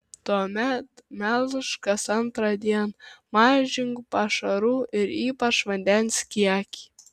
tuomet melžk kas antrą dieną mažink pašarų ir ypač vandens kiekį